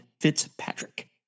Fitzpatrick